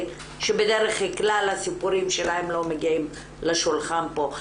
שבדרך כלל הסיפורים שלהם לא מגיעים לשולחן פה.